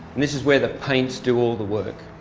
this is where the paints do all the work.